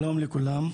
שלום לכולם.